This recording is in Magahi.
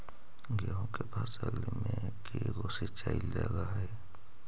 गेहूं के फसल मे के गो सिंचाई लग हय?